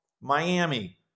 Miami